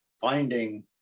finding